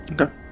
Okay